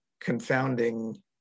confounding